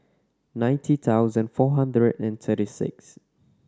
ninety thousand four hundred and thirty six